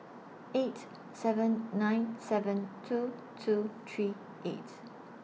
eight seven nine seven two two three eight